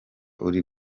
uri